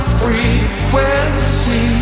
frequency